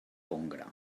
congre